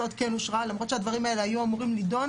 למרות שהדברים האלה היו אמורים להידון